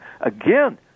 Again